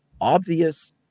obvious